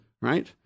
right